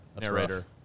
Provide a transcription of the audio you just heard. Narrator